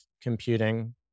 computing